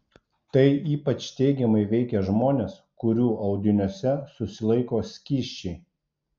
tai ypač teigiamai veikia žmones kurių audiniuose susilaiko skysčiai